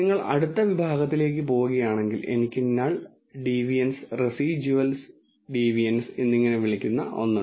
നിങ്ങൾ അടുത്ത വിഭാഗത്തിലേക്ക് പോകുകയാണെങ്കിൽ എനിക്ക് നൾ ഡീവിയൻസ് റെസിഡ്യൂവൽ ഡീവിയൻസ് എന്നിങ്ങനെ വിളിക്കുന്ന ഒന്ന് ഉണ്ട്